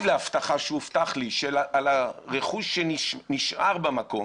להבטחה שהובטח לי שעל הרכוש שנשאר במקום